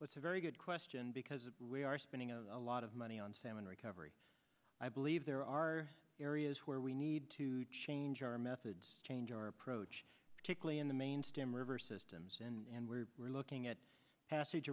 was a very good question because we are spending a lot of money on salmon recovery i believe there are areas where we need to change our methods change our approach particularly in the main stem river systems and we're looking at passage